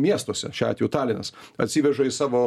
miestuose šiuo atveju talinas atsiveža į savo